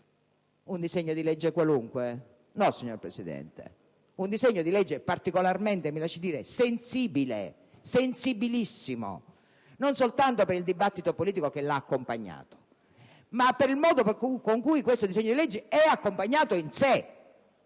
un disegno di legge qualunque? No, signor Presidente, questo è un disegno di legge particolarmente sensibile, anzi sensibilissimo, non soltanto per il dibattito politico che lo ha accompagnato, ma per il modo con cui questo disegno di legge è accompagnato in sé: